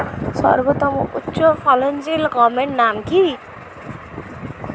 সর্বতম উচ্চ ফলনশীল গমের নাম কি?